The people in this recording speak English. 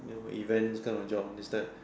event those kind of job this type